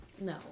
No